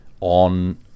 on